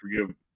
forgive